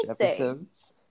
episodes